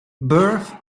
birth